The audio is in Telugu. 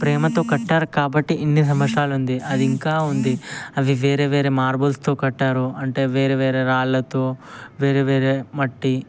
ప్రేమతో కట్టారు కాబట్టి ఇన్ని సంవత్సరాలు ఉంది అది ఇంకా ఉంది అది వేరేవేరే మార్బుల్స్తో కట్టారు అంటే వేరేవేరే రాళ్ళతో వేరేవేరే మట్టి